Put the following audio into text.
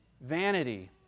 vanity